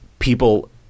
people